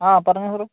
ആ പറഞ്ഞോ ബ്രോ